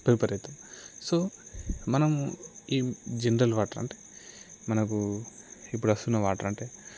prepare అవుతాము so మనము ఏ జనరల్ వాటర్ అంటే మనకు ఇప్పుడు వస్తున్న వాటర్ అంటే